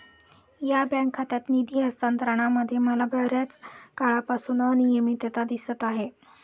या बँक खात्यात निधी हस्तांतरणामध्ये मला बर्याच काळापासून अनियमितता दिसत आहे